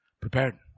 Prepared